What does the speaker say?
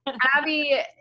Abby